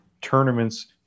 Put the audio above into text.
tournaments